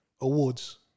awards